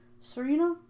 Serena